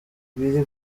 biri